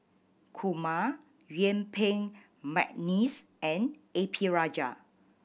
Kumar Yuen Peng McNeice and A P Rajah